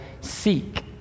Seek